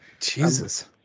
Jesus